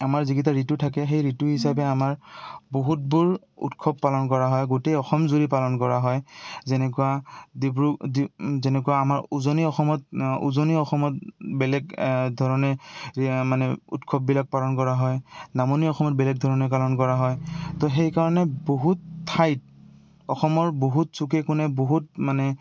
আমাৰ যিকেইটা ঋতু থাকে সেই ঋতু হিচাপে আমাৰ বহুতবোৰ উৎসৱ পালন কৰা হয় গোটেই অসম জুৰি পালন কৰা হয় যেনেকুৱা ডিব্ৰু যেনেকুৱা আমাৰ উজনি অসমত উজনি অসমত বেলেগ ধৰণে মানে উৎসৱবিলাক পালন কৰা হয় নামনি অসমত বেলেগ ধৰণে পালন কৰা হয় তো সেইকাৰণে বহুত ঠাইত অসমৰ বহুত চুকে কোণে বহুত মানে